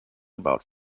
about